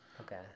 Okay